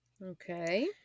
okay